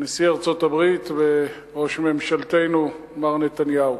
נשיא ארצות-הברית וראש ממשלתנו, מר נתניהו.